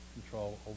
control